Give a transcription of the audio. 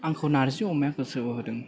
आंखौ नार्जि अमाया गोसो बोहोदों